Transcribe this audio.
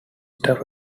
stuff